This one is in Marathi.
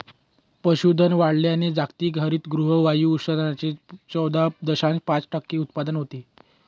पशुधन वाढवल्याने जागतिक हरितगृह वायू उत्सर्जनाच्या चौदा दशांश पाच टक्के उत्पन्न होते